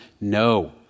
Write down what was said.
No